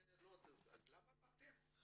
מדוע באתם,